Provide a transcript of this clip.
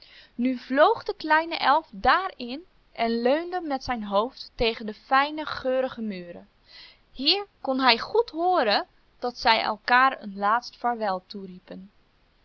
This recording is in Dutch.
nu vloog de kleine elf daarin en leunde met zijn hoofd tegen de fijne geurige muren hier kon hij goed hooren dat zij elkaar een laatst vaarwel